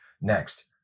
Next